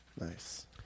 Nice